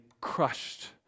crushed